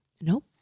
Nope